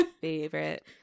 favorite